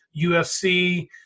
UFC